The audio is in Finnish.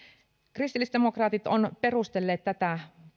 kristillisdemokraatit ovat perustelleet tätä